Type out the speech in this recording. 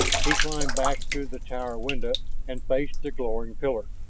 he climbed back through the tower window and faced the glowing pillar.